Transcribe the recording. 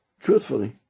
truthfully